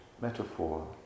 metaphor